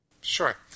Sure